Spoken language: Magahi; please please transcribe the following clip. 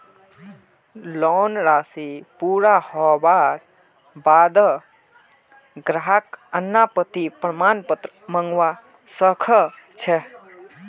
लोन राशि पूरा हबार बा द ग्राहक अनापत्ति प्रमाण पत्र मंगवा स ख छ